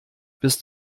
bis